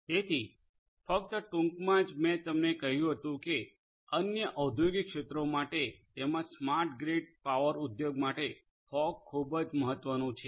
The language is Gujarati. તેથી આ ફક્ત ટૂંકમાં જ છે કે મેં તમને કહ્યું હતું કે અન્ય ઓદ્યોગિક ક્ષેત્રો માટે તેમજ સ્માર્ટ ગ્રીડ પાવર ઉદ્યોગ માટે ફોગ ખૂબ મહત્વનું છે